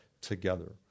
together